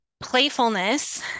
playfulness